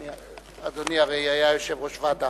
אדוני הרי היה יושב-ראש ועדה.